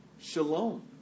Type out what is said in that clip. shalom